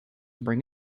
bring